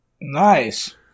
Nice